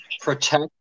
protect